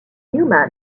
newman